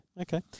Okay